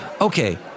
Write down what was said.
Okay